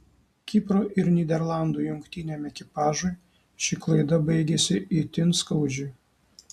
kipro ir nyderlandų jungtiniam ekipažui ši klaida baigėsi itin skaudžiai